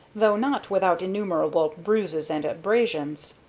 though not without innumerable bruises and abrasions.